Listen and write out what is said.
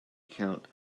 account